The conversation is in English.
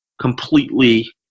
completely